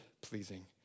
pleasing